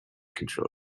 control